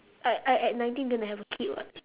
I I at nineteen going to have a kid [what]